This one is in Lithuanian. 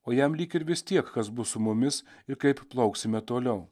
o jam lyg ir vis tiek kas bus su mumis ir kaip plauksime toliau